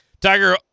Tiger